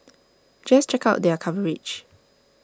just check out their coverage